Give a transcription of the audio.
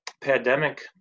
pandemic